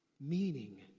meaning